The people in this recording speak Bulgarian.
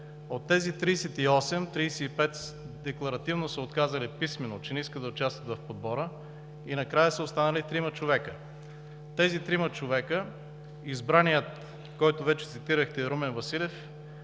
От тези 38, 35 декларативно са отказали писмено, че не искат да участват в подбора и накрая са останали трима човека. От тези трима човека – избраният, който цитирахте, е Румен Василев.